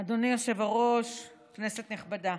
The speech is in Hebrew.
אדוני היושב-ראש, כנסת נכבדה,